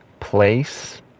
place